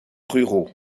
ruraux